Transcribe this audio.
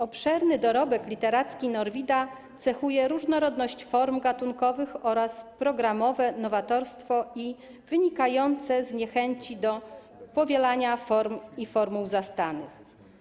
Obszerny dorobek literacki Norwida cechuje różnorodność form gatunkowych oraz programowe nowatorstwo, wynikające z niechęci do powielania form i formuł zastanych.